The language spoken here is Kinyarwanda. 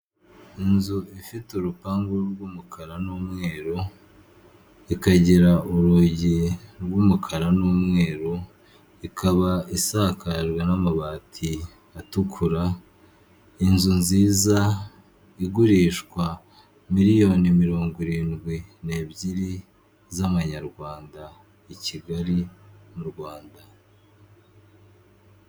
Inzu ifite urupangu rw'umukara n'umweru ikagira urugi rw'umukara n'umweru, ikaba isakajwe n'amabati atukura. Inzu nziza igurishwa miliyoni mirongo irindwi n'ebyiri z'amanyarwanda i Kigali mu Rwanda.